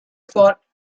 thought